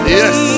yes